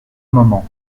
moments